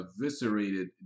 eviscerated